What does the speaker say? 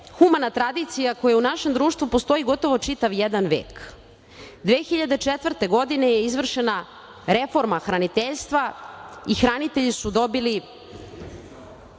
humana tradicija koja u našem društvu postoji gotovo čitav jedan vek. Godine 2004. je izvršena reforma hraniteljstva i hranitelji su dobili